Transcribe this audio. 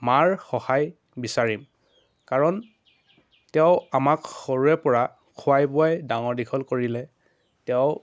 মাৰ সহায় বিচাৰিম কাৰণ তেওঁ আমাক সৰুৰে পৰা খুৱাই বুৱাই ডাঙৰ দীঘল কৰিলে তেওঁ